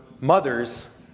mothers